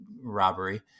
robbery